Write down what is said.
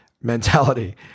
mentality